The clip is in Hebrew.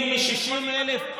כי אם מ-60,000, לא.